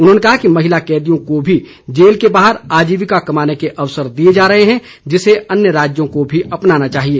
उन्होंने कहा कि महिला कैदियों को भी जेल के बाहर आजीविका कमाने के अवसर दिए जा रहे हैं जिसे अन्य राज्यों को भी अपनाना चाहिए